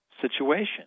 situation